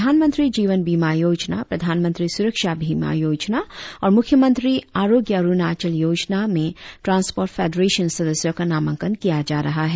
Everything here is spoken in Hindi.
प्रधानमंत्री जीवन बीमा योजना प्रधानमंत्री सुरक्षा बीमा योजना और मुख्य मंत्री आरोग्य अरुणाचल योजना में ट्रान्सपोर्ट फेडरेशन सदस्यों का नामांकन किया जा रहा है